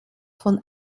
von